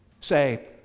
say